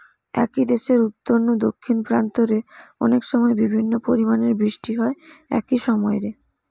একই দেশের উত্তর নু দক্ষিণ প্রান্ত রে অনেকসময় বিভিন্ন পরিমাণের বৃষ্টি হয় একই সময় রে